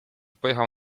pojechał